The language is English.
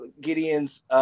Gideon's